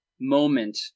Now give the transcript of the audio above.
moment